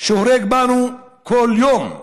שהורג בנו כל יום?